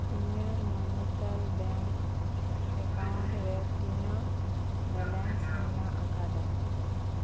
ᱤᱧᱟᱹᱜ Nainital bank account ᱨᱮ ᱛᱤᱱᱟᱹᱜ ᱵᱮᱞᱮᱱᱥ ᱢᱮᱱᱟᱜ ᱟᱠᱟᱫᱟ